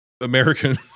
American